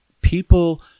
people